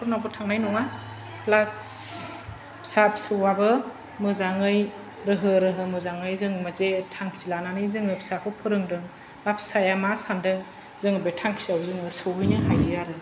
डक्टानावबो थांनाय नङा फ्लास फिसा फिसौआबो मोजाङै रोहो रोहो मोजाङै मोनसे थांखि लानानै जोङो फिसाखौ फोरोंदों हाब फिसाया मा सान्दों जोङो बे थांखिखौ जोङो सौहैनो हायो आरो